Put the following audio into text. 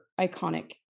iconic